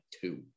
two